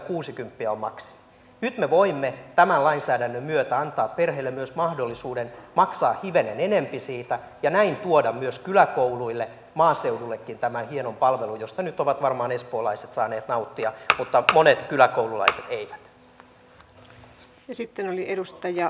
nyt me voimme tämän lainsäädännön myötä antaa perheille myös mahdollisuuden maksaa hivenen enempi siitä ja näin tuoda myös kyläkouluille maaseudullekin tämän hienon palvelun josta nyt ovat varmaan espoolaiset saaneet nauttia mutta monet kyläkoululaiset eivät